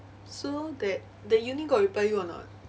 so that the uni got reply you or not